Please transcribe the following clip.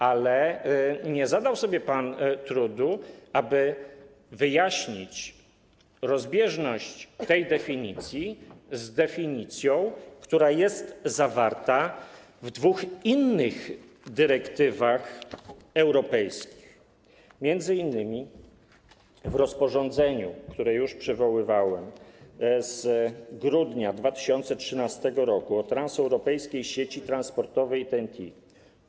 Ale nie zadał pan sobie trudu, aby wyjaśnić rozbieżność tej definicji z definicją, która jest zawarta w dwóch innych dyrektywach europejskich, m.in. w rozporządzeniu, które już przywoływałem, z grudnia 2013 r. o transeuropejskiej sieci transportowej TEN-T.